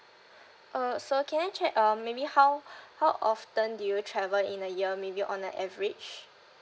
uh so can I check um maybe how how often do you travel in a year maybe on a average